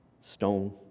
stone